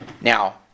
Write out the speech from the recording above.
Now